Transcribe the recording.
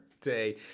day